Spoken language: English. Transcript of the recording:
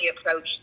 approach